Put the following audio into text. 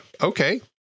okay